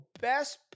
best